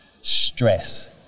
stress